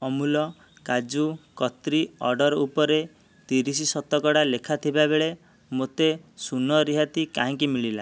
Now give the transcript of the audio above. Amul kaju katli order ଉପରେ ତିରିଶ ଶତକଡା ଲେଖା ଥିବାବେଳେ ମୋତେ ଶୂନ ରିହାତି କାହିଁକି ମିଳିଲା